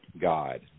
God